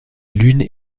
lune